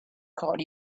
caught